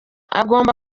agomba